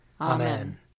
Amen